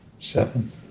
Seven